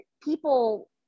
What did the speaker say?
people